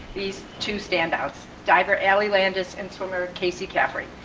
these two standouts, diver ellie landis and swimmer casey caffrey.